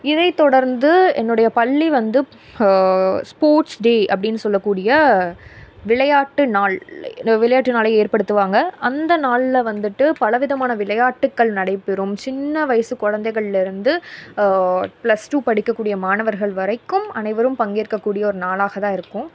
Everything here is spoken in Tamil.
இதை தொடர்ந்து என்னுடைய பள்ளி வந்து ஸ்போர்ட்ஸ் டே அப்படின்னு சொல்லக் கூடிய விளையாட்டு நாள் விளையாட்டு நாளை ஏற்படுத்துவாங்க அந்த நாளில் வந்துவிட்டு பல விதமான விளையாட்டுக்கள் நடைபெறும் சின்ன வயசு குழந்தைங்கள்லேருந்து பிளஸ் டூ படிக்க கூடிய மாணவர்கள் வரைக்கும் அனைவரும் பங்கேற்கக்கூடிய ஒரு நாளாக தான் இருக்கும்